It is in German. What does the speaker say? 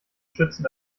schützen